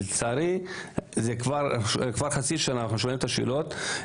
לצערי זה כבר חצי שנה שאנחנו שואלים את השאלות.